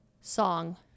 song